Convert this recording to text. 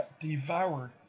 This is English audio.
devoured